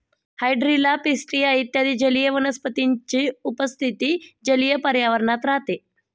hydrilla, pistia इत्यादी जलीय वनस्पतींची उपस्थिती जलीय पर्यावरणात राहते